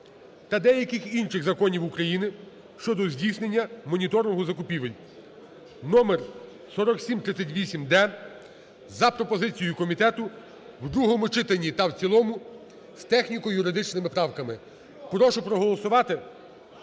та деяких інших Законів України щодо здійснення моніторингу закупівель (№ 4738-д) за пропозицією комітету в другому читанні та в цілому з техніко-юридичними правками. Прошу проголосувати